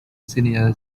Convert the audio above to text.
senior